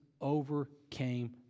overcame